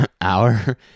hour